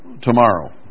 tomorrow